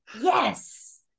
yes